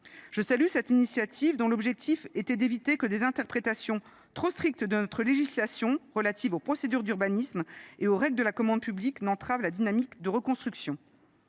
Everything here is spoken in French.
Je salue cette initiative, dont l’objectif était d’éviter que des interprétations trop strictes de notre législation relative aux procédures d’urbanisme et aux règles de la commande publique n’entravent la dynamique de reconstruction.